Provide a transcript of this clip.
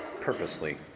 purposely